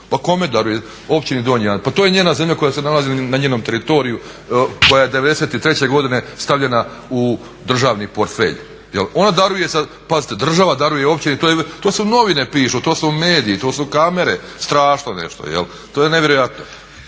Pa kome daruje, općini Donji Andrijevci. Pa to je njena zemlja koja se nalazi na njenom teritoriju, koja je '93. godine stavljena u državni portfelj. Ona daruje sad, pazite država daruje općini, to su novine pišu, to su mediji, to su kamere, strašno nešto. To je nevjerojatno.